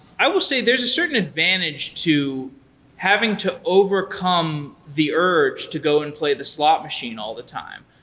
i will say there's a certain advantage to having to overcome the urge to go and play the slot machine all the time.